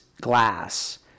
glass